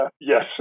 yes